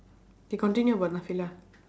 K continue about